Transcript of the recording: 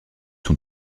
sont